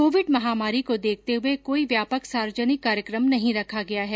Covid महामारी को देखते हुये कोई व्यापक सार्वजनिक कार्यक्रम नहीं रखा गया है